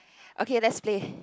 okay let's play